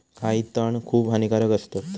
काही तण खूप हानिकारक असतत